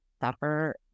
Suffer